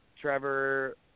Trevor